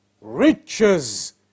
Riches